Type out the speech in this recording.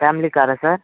family కారా sir